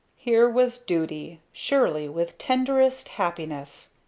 here was duty, surely, with tenderest happiness.